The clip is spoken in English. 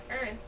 Earth